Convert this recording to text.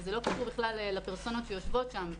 וזה לא קשור בכלל לפרסונות שיושבות שם.